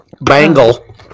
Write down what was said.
Bangle